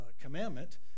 commandment